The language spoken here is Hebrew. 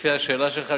לפי השאלה שלך,